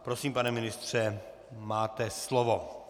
Prosím, pane ministře, máte slovo.